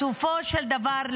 בסופו של דבר,